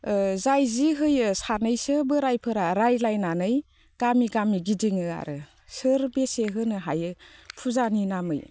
ओ जाय जि होयो सानैसो बोराइफोरा रायज्लायनानै गामि गामि गिदिङो आरो सोर बेसे होनो हायो फुजानि नामै